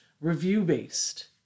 review-based